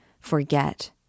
forget